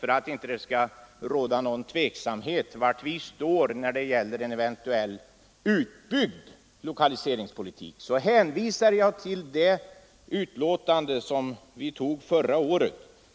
För att det inte skall råda tveksamhet om var vi står när det gäller en eventuellt utbyggd lokaliseringspolitik hänvisar jag till det utlåtande som vi tog förra året.